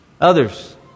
Others